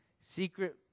secret